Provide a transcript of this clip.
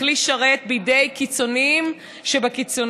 לכלי שרת בידי קיצונים שבקיצונים.